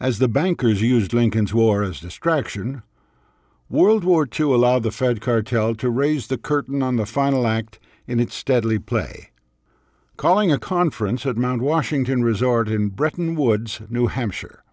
as the bankers used lincoln's war as a distraction world war two allow the fed cartel to raise the curtain on the final act in its steadily play calling a conference at mount washington resort in bretton woods new hampshire